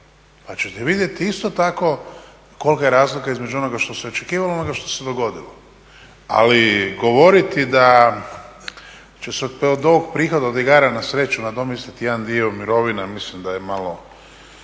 pa ćete vidjeti isto tako kolika je razlika između onoga što se očekivalo i onoga što se dogodilo. Ali govoriti da će se od ovog prihoda od igara na sreću nadomjestiti jedan dio mirovina mislim da je malo